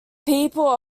people